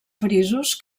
frisos